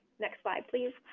next slide please.